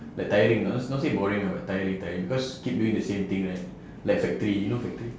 like tiring ah not say boring ah but tiring tiring because keep doing the same thing right like factory you know factory